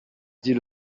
dit